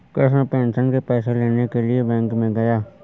Krishna pension के पैसे लेने के लिए बैंक में गया